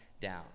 down